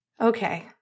Okay